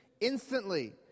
Instantly